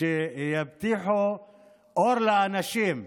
שיבטיחו אור לאנשים,